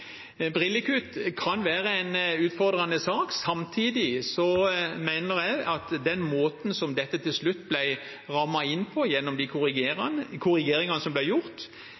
Brillekutt kan være en utfordrende sak. Samtidig mener jeg at den måten som dette til slutt ble rammet inn på gjennom de korrigeringene som ble gjort,